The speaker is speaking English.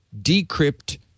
decrypt